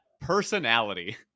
personality